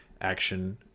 action